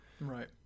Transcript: Right